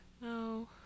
No